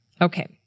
Okay